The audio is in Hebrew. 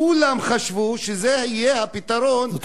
כולם חשבו שזה יהיה הפתרון, זאת